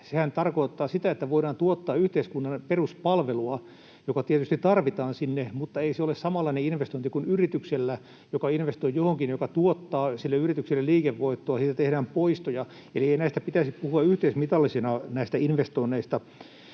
koulu, tarkoittaa sitä, että voidaan tuottaa yhteiskunnalle peruspalvelua, joka tietysti tarvitaan sinne, mutta ei se ole samanlainen investointi kuin yrityksellä, joka investoi johonkin, joka tuottaa sille yritykselle liikevoittoa, siitä tehdään poistoja. Eli ei näistä investoinneista pitäisi puhua yhteismitallisina. Vielä tuosta